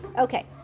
Okay